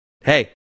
hey